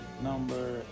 Number